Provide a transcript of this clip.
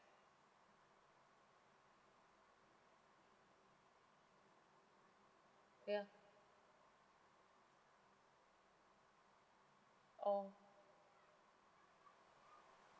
ya oh